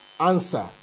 Answer